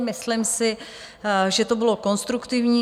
Myslím si, že to bylo konstruktivní.